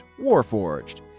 Warforged